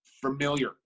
familiar